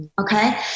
okay